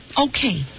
okay